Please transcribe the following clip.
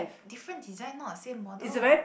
different design not the same model